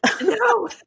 no